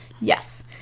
Yes